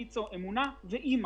ויצ"ו, אמונה וא.מ.א.